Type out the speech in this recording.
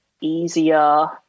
easier